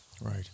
Right